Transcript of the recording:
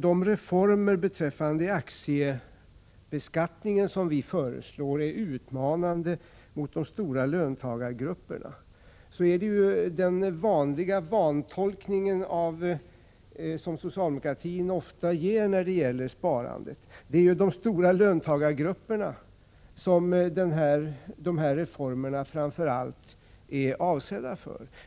de reformer beträffande aktiebeskattningen som vi föreslår är utmanande mot de stora löntagargrupperna. Det är den vanliga vantolkning som socialdemokraterna ofta gör när det gäller sparandet. Det är ju de stora löntagargrupperna som dessa reformer framför allt är avsedda för.